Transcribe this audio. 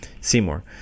Seymour